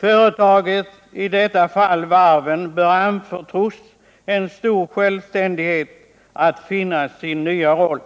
Företagen, i detta fall varven, bör anförtros en stor självständighet när det gäller att finna sin nya roll.